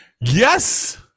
Yes